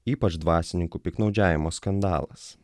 ypač dvasininkų piktnaudžiavimo skandalas